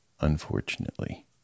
unfortunately